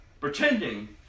pretending